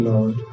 Lord